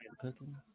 cooking